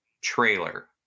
trailer